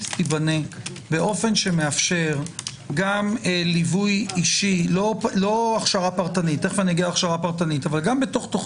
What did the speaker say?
תיבנה באופן שמאפשר גם ליווי אישי לא הכשרה פרטנית גם כתוכנית,